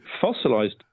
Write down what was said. fossilized